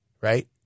right